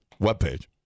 webpage